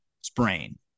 Sprain